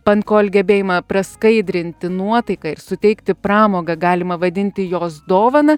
pankol gebėjimą praskaidrinti nuotaiką ir suteikti pramogą galima vadinti jos dovana